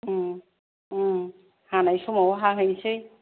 उम उम हानाय समाव हाहैसै